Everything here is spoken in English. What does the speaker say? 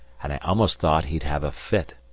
and i almost thought he'd have a fit.